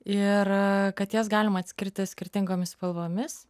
ir kad jas galima atskirti skirtingomis spalvomis